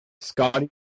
Scotty